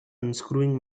unscrewing